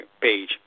page